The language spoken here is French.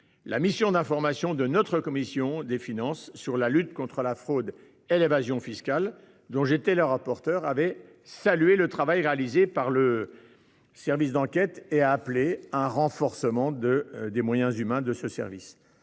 la mission d'information de notre commission des finances sur la lutte contre la fraude et l'évasion fiscales, dont j'étais le rapporteur, avait salué le travail réalisé par les services d'enquête et appelé à un renforcement de leurs moyens humains. Leur